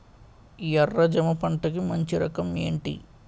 ఎర్ర జమ పంట కి మంచి రకం ఏంటి?